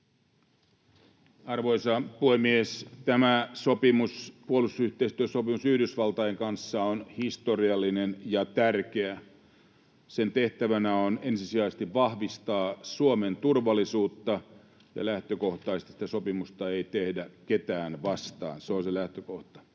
Arvoisa puhemies! Tämä puolustusyhteistyösopimus Yhdysvaltain kanssa on historiallinen ja tärkeä. Sen tehtävänä on ensisijaisesti vahvistaa Suomen turvallisuutta, ja lähtökohtaisesti sitä sopimusta ei tehdä ketään vastaan, se on se lähtökohta.